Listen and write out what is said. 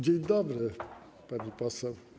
Dzień dobry, pani poseł.